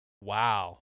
Wow